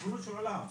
ריבונו של עולם?